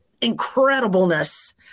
incredibleness